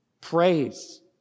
praise